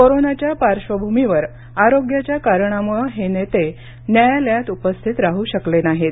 कोरोनाच्या पार्श्वभूमीवर आरोग्याच्या कारणामुळे हे सर्व नेते न्यायालयात उपस्थित राहू शकले नाहीत